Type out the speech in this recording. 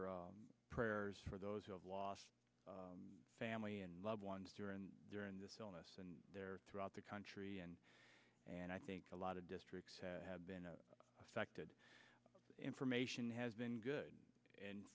sincere prayers for those who have lost family and loved ones during during this illness and there throughout the country and and i think a lot of districts have been affected information has been good